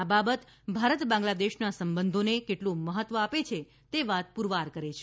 આ બાબત ભારત બાંગ્લાદેશના સંબંધોને કેટલું મહત્ત્વ આપે છે તે વાત પૂરવાર કરે છે